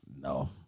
No